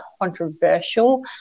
controversial